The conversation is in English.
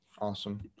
Awesome